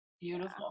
beautiful